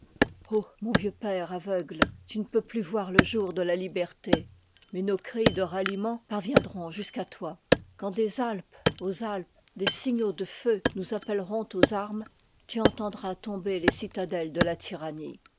mon vieux père aveugle tu ne peux plus voir le jour de la liberté mais nos cris de ral liement parviendront jusqu'à toi quand des ai pes aux alpes des signaux de feu nous appelleront aux armes tu entendras tomber les cita dettes de la tyrannie